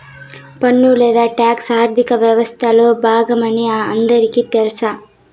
పన్ను లేదా టాక్స్ ఆర్థిక వ్యవస్తలో బాగమని అందరికీ తెల్స